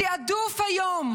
התיעדוף היום